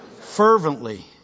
fervently